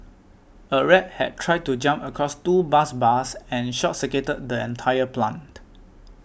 a rat had tried to jump across two bus bars and short circuited the entire plant